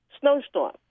snowstorm